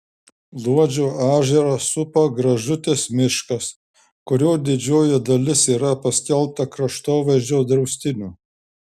luodžio ežerą supa gražutės miškas kurio didžioji dalis yra paskelbta kraštovaizdžio draustiniu